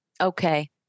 okay